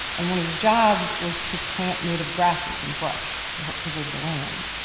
and one of his jobs was to plant native grasses and brush to help preserve the land.